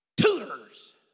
tutors